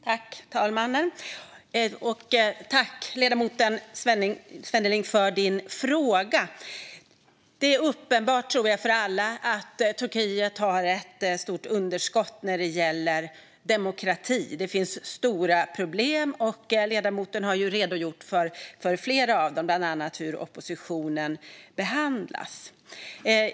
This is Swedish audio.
Herr talman! Jag tackar ledamoten Svenneling för hans fråga. Jag tror att det är uppenbart för alla att Turkiet har ett stort underskott när det gäller demokrati. Det finns stora problem. Ledamoten har redogjort för flera av dem, bland annat hur oppositionen behandlas.